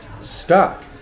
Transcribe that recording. stuck